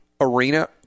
arena